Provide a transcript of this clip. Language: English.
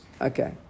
Okay